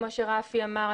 כמו שרפי אמר,